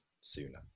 sooner